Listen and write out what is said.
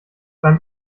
beim